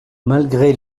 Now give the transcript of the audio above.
malgré